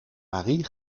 marie